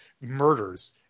murders